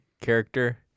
character